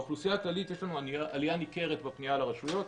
באוכלוסייה הכללית יש עלייה ניכרת בפנייה לרשויות,